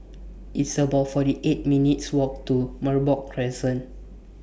It's about forty eight minutes' Walk to Merbok Crescent